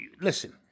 listen